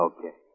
Okay